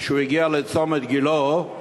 כשהגיע לצומת גילה,